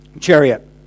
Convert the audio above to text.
chariot